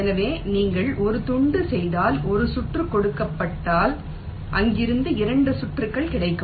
எனவே நீங்கள் ஒரு துண்டு செய்தால் ஒரு சுற்று கொடுக்கப்பட்டால் அங்கிருந்து 2 சுற்றுகள் கிடைக்கும்